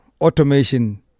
automation